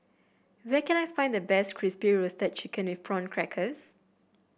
where can I find the best Crispy Roasted Chicken with Prawn Crackers